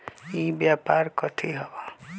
ई व्यापार कथी हव?